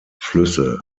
flüsse